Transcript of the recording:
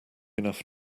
enough